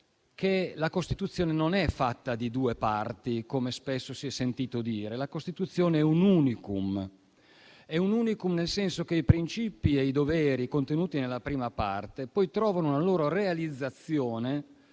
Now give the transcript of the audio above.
che la Costituzione non è fatta di due parti, come spesso si è sentito dire, ma è un *unicum*, nel senso che i principi e i doveri i contenuti nella prima parte poi trovano una loro realizzazione